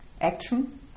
action